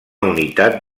unitat